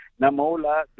Namola